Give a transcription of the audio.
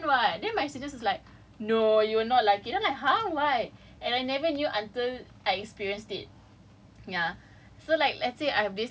like just like I was like !yay! no exam fun [what] then my students were like no you will not lucky then I'm like !huh! why I never knew until I experience it